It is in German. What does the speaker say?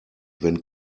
wenn